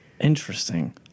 Interesting